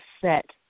set